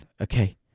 Okay